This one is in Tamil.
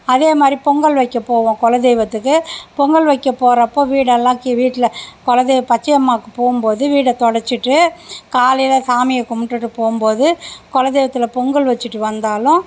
அதே மாதிரி பொங்கல் வைக்கப் போவோம் குல தெய்வத்துக்கு பொங்கல் வைக்க போகிறப்ப வீடெல்லாம் கி வீட்டில் குல தெய்வம் பச்சையம்மாவுக்கு போகும்போது வீடை துடச்சிட்டு காலையில் சாமியை கும்பிட்டுட்டு போகும்போது குல தெய்வத்தில் பொங்கல் வச்சிட்டு வந்தாலும்